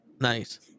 Nice